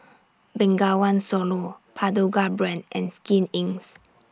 Bengawan Solo Pagoda Brand and Skin Incs